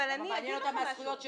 למה מעניין אותה מהזכויות שלנו?